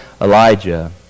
Elijah